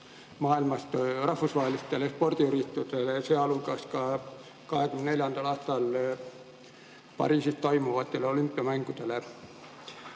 maailmas rahvusvahelistele spordiüritustele, sealhulgas ka 2024. aastal Pariisis toimuvatele olümpiamängudele.